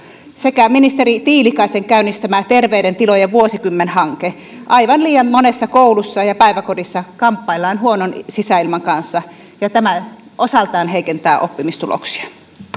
sekä ministeri tiilikaisen käynnistämä terveiden tilojen vuosikymmen hanke olivat todella tervetulleita tekoja aivan liian monessa koulussa ja ja päiväkodissa kamppaillaan huonon sisäilman kanssa ja tämä osaltaan heikentää oppimistuloksia